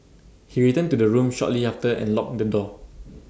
he returned to the room shortly after and locked the door